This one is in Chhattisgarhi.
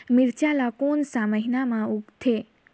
मिरचा ला कोन सा महीन मां उगथे?